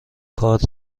کارت